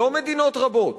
לא מדינות רבות,